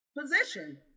position